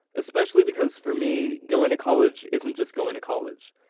especially because for me, going to college isn't just going to college.